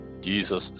Jesus